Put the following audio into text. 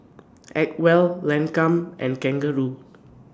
Acwell Lancome and Kangaroo